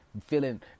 Feeling